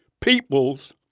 peoples